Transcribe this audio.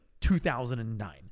2009